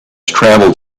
travelled